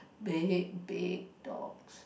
big big dogs